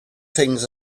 things